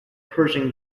persian